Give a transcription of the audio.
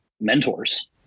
mentors